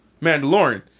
Mandalorian